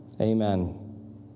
Amen